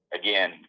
Again